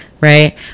right